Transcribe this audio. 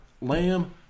Lamb